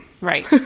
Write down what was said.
Right